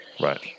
Right